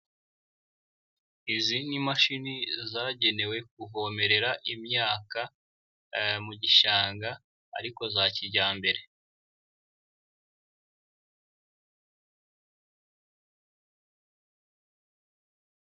Izi ni imashini zagenewe kuvomerera imyaka mu gishanga ariko za kijyambere.